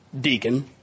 Deacon